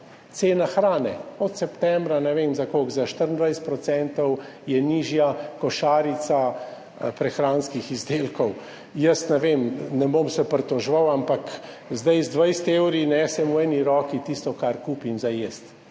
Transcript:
cena hrane, da je od septembra, ne vem, za koliko, za 24 % nižja košarica prehranskih izdelkov – ne vem, ne bom se pritoževal, ampak zdaj nesem v eni roki tisto, kar kupim za jesti